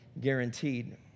guaranteed